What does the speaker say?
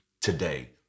today